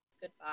goodbye